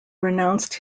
renounced